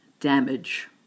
damage